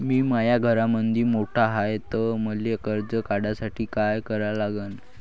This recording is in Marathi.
मी माया घरामंदी मोठा हाय त मले कर्ज काढासाठी काय करा लागन?